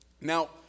Now